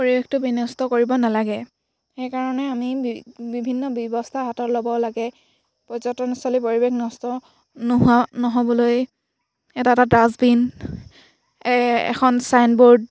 পৰিৱেশটো বিনষ্ট কৰিব নালাগে সেইকাৰণে আমি বি বিভিন্ন ব্যৱস্থা হাতত ল'ব লাগে পৰ্যটনস্থলী পৰিৱেশ নষ্ট নোহোৱা নহ'বলৈ এটা এটা ডাষ্টবিন এখন চাইনবোৰ্ড